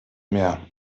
mehr